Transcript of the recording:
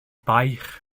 baich